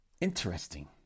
Interesting